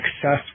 success